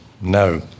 No